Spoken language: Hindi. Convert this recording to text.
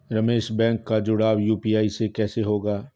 रमेश बैंक का जुड़ाव यू.पी.आई से कैसे होगा?